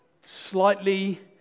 slightly